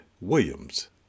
Williams